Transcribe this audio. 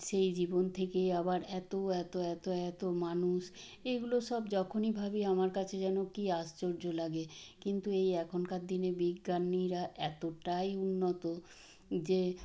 সেই জীবন থেকে আবার এতো এতো এতো এতো মানুষ এগুলো সব যখনই ভাবি আমার কাছে যেন কী আশ্চর্য লাগে কিন্তু এই এখনকার দিনে বিজ্ঞানীরা এতোটাই উন্নত যে